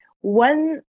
one